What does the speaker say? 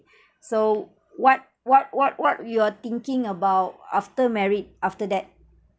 so what what what what you're thinking about after married after that